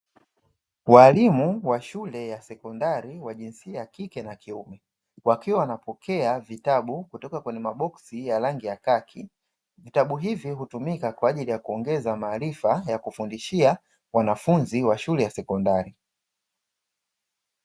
Waalimu wa shule ya sekondari wa jinsia ya kike na kiume, wakiwa wanapokea vitabu kutoka kwenye maboksi ya rangi ya kaki. Vitabu hivi hutumika kwa ajili ya kuongeza maarifa ya kufundishia wanafunzi wa shule ya sekondari.